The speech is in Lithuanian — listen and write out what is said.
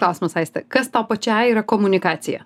klausimas aiste kas tau pačiai yra komunikacija